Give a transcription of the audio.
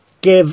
give